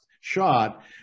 shot